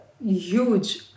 huge